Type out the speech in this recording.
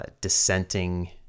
dissenting